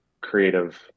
creative